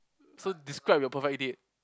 so describe your perfect date